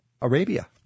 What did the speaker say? Arabia